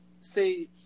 say